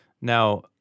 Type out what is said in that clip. Now